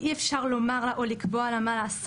"אי אפשר לומר לה או לקבוע לה מה לעשות